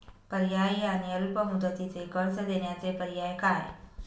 पर्यायी आणि अल्प मुदतीचे कर्ज देण्याचे पर्याय काय?